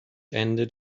ended